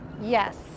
Yes